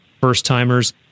first-timers